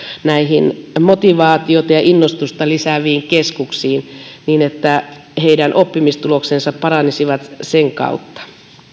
näihin motivaatiota ja innostusta lisääviin keskuksiin niin että heidän oppimistuloksensa paranisivat sen kautta